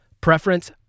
preference